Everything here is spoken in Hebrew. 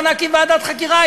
בוא נקים ועדת חקירה,